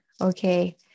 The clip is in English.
okay